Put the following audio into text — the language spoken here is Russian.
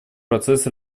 процесс